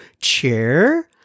chair